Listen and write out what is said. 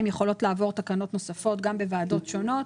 יכולות לעבור תקנות נוספות בוועדות שונות.